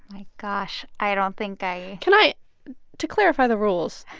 my gosh. i don't think i. can i to clarify the rules,